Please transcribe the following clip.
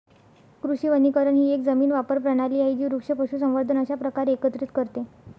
कृषी वनीकरण ही एक जमीन वापर प्रणाली आहे जी वृक्ष, पशुसंवर्धन अशा प्रकारे एकत्रित करते